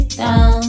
down